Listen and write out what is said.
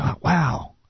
Wow